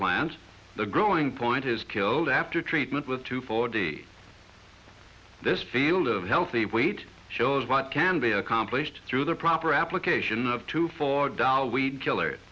plant the growing point is killed after treatment with two forty this field of healthy weight shows what can be accomplished through the proper application of two for tao weed killer